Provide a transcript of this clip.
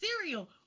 cereal